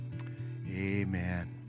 Amen